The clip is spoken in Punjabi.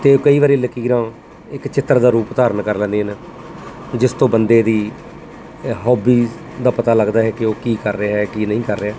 ਅਤੇ ਕਈ ਵਾਰੀ ਲਕੀਰਾਂ ਇੱਕ ਚਿੱਤਰ ਦਾ ਰੂਪ ਧਾਰਨ ਕਰ ਲੈਂਦੀਆਂ ਨੇ ਜਿਸ ਤੋਂ ਬੰਦੇ ਦੀ ਹੋਬੀਜ਼ ਦਾ ਪਤਾ ਲੱਗਦਾ ਹੈ ਕਿ ਉਹ ਕੀ ਕਰ ਰਿਹਾ ਕੀ ਨਹੀਂ ਕਰ ਰਿਹਾ